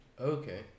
Okay